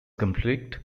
conflict